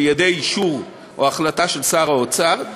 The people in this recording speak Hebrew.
על-ידי אישור או החלטה של שר האוצר,